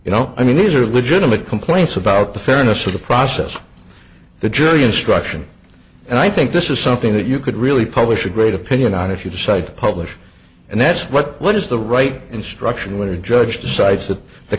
you know i mean these are legitimate complaints about the fairness of the process the jury instruction and i think this is something that you could really publish a great opinion on if you decide to publish and that's what what is the right instruction where a judge decides that the